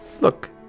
Look